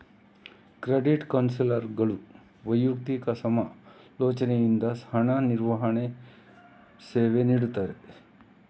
credit ಕೌನ್ಸಿಲರ್ಗಳು ವೈಯಕ್ತಿಕ ಸಮಾಲೋಚನೆಯಿಂದ ಹಣ ನಿರ್ವಹಣೆ ಸೇವೆ ನೀಡ್ತಾರೆ